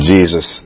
Jesus